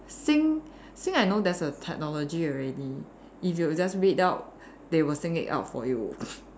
sing sing I know there's a technology already if you just read out they will sing it out for you